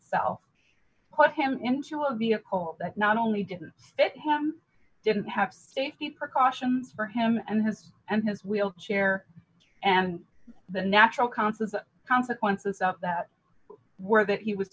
itself put him into a vehicle that not only didn't fit him didn't have the precautions for him and his and his wheelchair and the natural conses the consequences of that were that he was